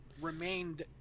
remained